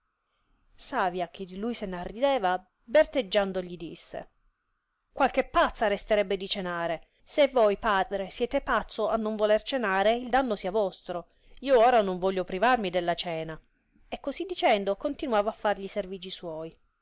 savia che di lui se n'arrideva berteggiando gli disse qualche pazza resterebbe di cenare se voi padre siete pazzo a non voler cenare il danno sia vostro io ora non voglio privarmi della cena e così dicendo continovava far gli servigi suoi